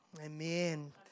Amen